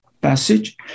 passage